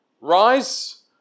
Rise